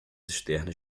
externas